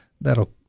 that'll